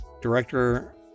director